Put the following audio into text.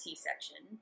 C-section